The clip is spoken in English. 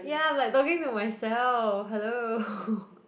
ya I'm like talking to myself hello